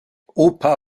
opa